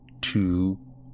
two